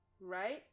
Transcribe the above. Right